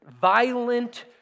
violent